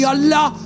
Allah